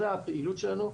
זה הפעילות שלנו,